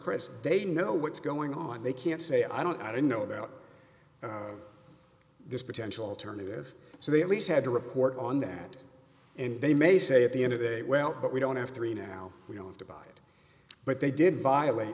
crystal they know what's going on they can't say i don't i don't know about this potential alternative so they at least had a report on that and they may say at the end of it well but we don't have three now we don't have to buy it but they did violate